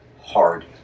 hard